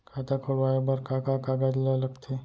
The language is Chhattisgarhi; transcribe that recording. खाता खोलवाये बर का का कागज ल लगथे?